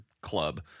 club